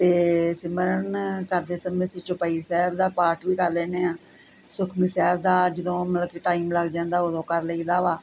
ਤੇ ਸਿਮਰਨ ਕਰਦੇ ਸਮੇਂ ਅਸੀਂ ਚੁਪਈ ਸੈਬ ਦਾ ਪਾਠ ਵੀ ਕਰ ਲੈਨੇ ਆਂ ਸੁਖਮਨੀ ਸਾਬ ਦਾ ਜਦੋਂ ਮਤਲਬ ਕੀ ਟਾਈਮ ਲੱਗ ਜਾਂਦਾ ਓਦੋਂ ਕਰ ਲਈ ਦਾ ਵਾ